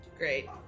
Great